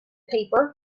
paper